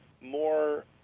more